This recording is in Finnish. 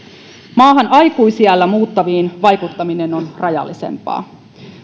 maahan aikuisiällä muuttaviin vaikuttaminen on rajallisempaa